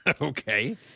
Okay